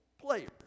players